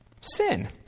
sin